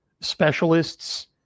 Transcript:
specialists